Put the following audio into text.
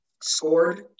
scored